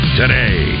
today